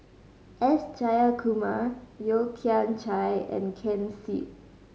S Jayakumar Yeo Kian Chye and Ken Seet